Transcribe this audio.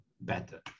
better